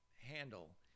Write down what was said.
handle